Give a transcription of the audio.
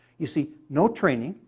you see, no training,